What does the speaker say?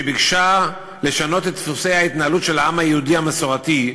שביקשה לשנות את דפוסי ההתנהלות של העם היהודי המסורתי,